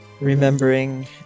Remembering